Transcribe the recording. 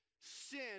sin